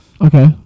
Okay